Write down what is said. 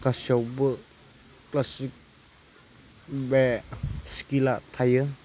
गासैयावबो क्लासिक बे स्केला थायो